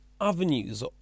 avenues